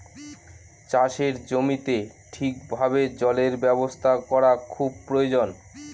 চাষের জমিতে ঠিক ভাবে জলের ব্যবস্থা করা খুব প্রয়োজন